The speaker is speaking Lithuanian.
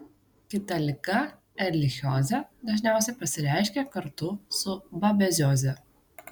kita liga erlichiozė dažniausiai pasireiškia kartu su babezioze